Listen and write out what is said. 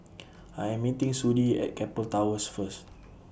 I Am meeting Sudie At Keppel Towers First